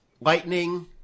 Lightning